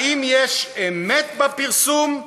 האם יש אמת בפרסום?